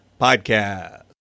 Podcast